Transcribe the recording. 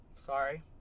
sorry